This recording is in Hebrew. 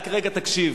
רק רגע תקשיב.